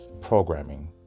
programming